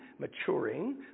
maturing